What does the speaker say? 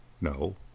No